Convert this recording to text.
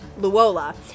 Luola